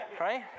right